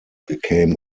became